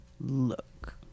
look